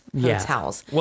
hotels